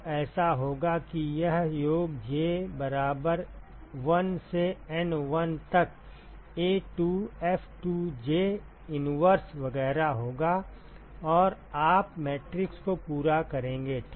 तो ऐसा होगा कि यह योग j बराबर 1 से N 1 तक A2F2j inverse वगैरह होगा और आप मैट्रिक्स को पूरा करेंगे